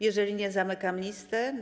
Jeżeli nie, zamykam listę.